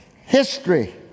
history